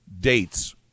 dates